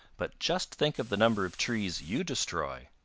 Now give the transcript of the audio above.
but just think of the number of trees you destroy.